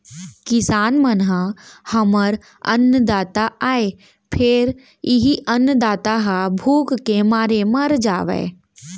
किसान मन ह हमर अन्नदाता आय फेर इहीं अन्नदाता ह भूख के मारे मर जावय